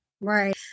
Right